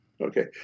Okay